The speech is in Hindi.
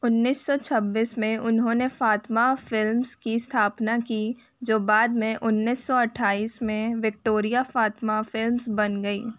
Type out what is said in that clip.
उन्नीस सौ छब्बीस में उन्होंने फ़ातिमा फिल्म्स की स्थापना की जो बाद में उन्नीस सौ अट्ठाइस में विक्टोरिया फ़ातिमा फिल्म्स बन गई